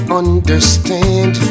understand